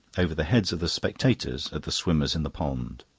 over the heads of the spectators, at the swimmers in the pond.